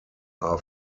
are